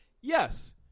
Yes